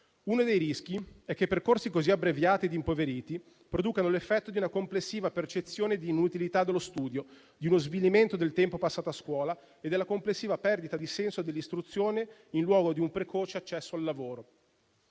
Uno dei rischi è che percorsi così abbreviati e impoveriti producano l'effetto di una complessiva percezione di inutilità dello studio, di uno svilimento del tempo passato a scuola e della complessiva perdita di senso dell'istruzione in luogo di un precoce accesso al lavoro.